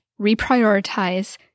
reprioritize